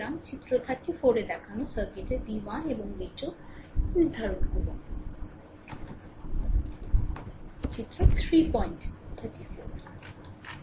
সুতরাং চিত্র 3 34 এ দেখানো সার্কিটের v1 এবং v2 নির্ধারণ করুন